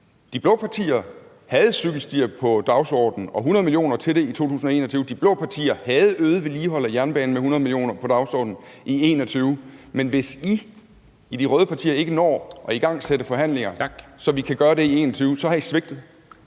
De blå partier havde cykelstier på dagsordenen og havde 100 mio. kr. til det i 2021, og de blå partier havde øget vedligehold af jernbanen med 100 mio. kr. på dagsordenen i 2021. Men hvis I i de røde partier ikke når at igangsætte forhandlinger, så vi kan gøre det i 2021, har I svigtet.